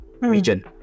region